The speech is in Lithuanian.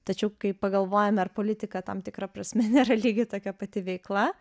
tačiau kai pagalvojam ar politika tam tikra prasme nėra lygiai tokia pati veikla